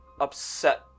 upset